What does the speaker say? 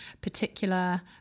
particular